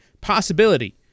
possibility